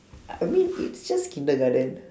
I mean it's just kindergarten